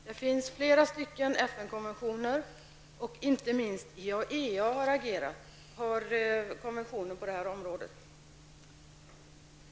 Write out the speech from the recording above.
Det finns flera FN-konventioner. Inte minst IAEA har konventioner på detta område.